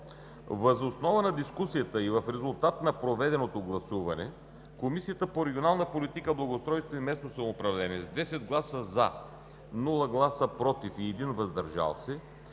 Въз основа на дискусията и в резултат на проведеното гласуване Комисията по регионална политика, благоустройство и местно самоуправление с 10 гласа „за“, без гласове „против“ и 1 глас „въздържал се“